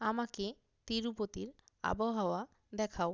আমাকে তিরুপতির আবহাওয়া দেখাও